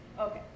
Okay